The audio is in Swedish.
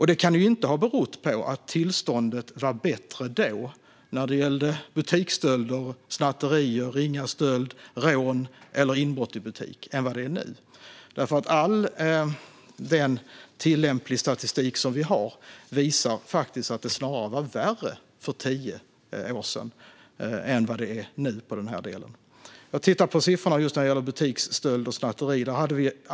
Det kan inte ha berott på att tillståndet var bättre då när det gällde butiksstölder, snatterier, ringa stöld, rån eller inbrott i butik än vad det är nu. All den tillämplig statistik som vi har visar att det snarare var värre för tio år sedan än vad det är nu på den här delen. Jag tittar på siffrorna när det gäller butiksstölder och snatterier.